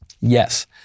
Yes